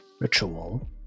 ritual